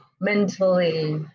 mentally